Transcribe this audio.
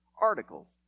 articles